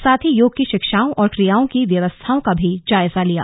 साथ ही योग की शिक्षाओं और क्रियाओं की व्यवस्थाओं का भी जायजा लिया